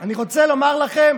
אני רוצה לומר לכם